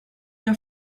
già